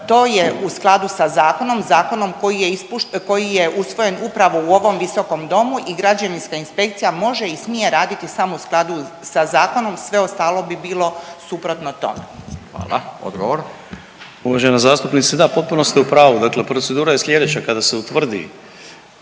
To je u skladu sa zakonom, zakonom koji je ispuš…, koji je usvojen upravo u ovom visokom domu i građevinska inspekcija može i smije raditi samo u skladu sa zakonom, sve ostalo bi bilo suprotno tome. **Radin, Furio (Nezavisni)** Hvala. Odgovor. **Mikulić, Andrija (HDZ)** Uvažena zastupnice da, potpuno ste u pravu, dakle procedura je slijedeća, kada se utvrdi